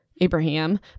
Abraham